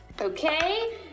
Okay